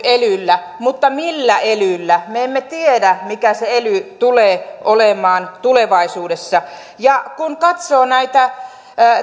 elyllä mutta millä elyllä me emme tiedä mikä se ely tulee olemaan tulevaisuudessa ja kun katsoo näitä